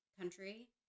country